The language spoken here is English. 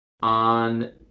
on